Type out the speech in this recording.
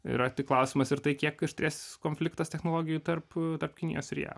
yra tik klausimas ir tai kiek aštrės konfliktas technologijų tarp tarp kinijos ir jav